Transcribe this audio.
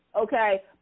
Okay